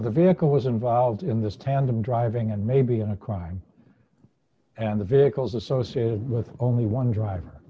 the vehicle was involved in this tandem driving and maybe on a crime and the vehicles associated with only one driver